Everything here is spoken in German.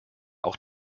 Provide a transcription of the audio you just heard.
auch